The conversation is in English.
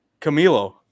Camilo